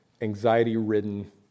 anxiety-ridden